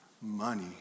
money